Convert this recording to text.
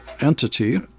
entity